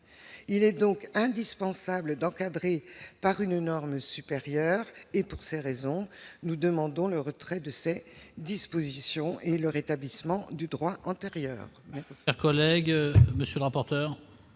il est donc indispensable donc cadré par une norme supérieure et pour ces raisons, nous demandons le retrait de ces dispositions et le rétablissement du droit antérieur.